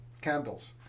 candles